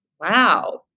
wow